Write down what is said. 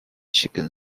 chicken